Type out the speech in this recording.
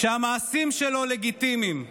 שהמעשים שלו לגיטימיים,